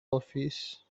office